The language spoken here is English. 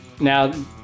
now